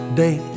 day